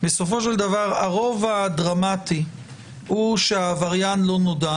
בסופו של דבר הרוב הדרמטי הוא שהעבריין לא נודע,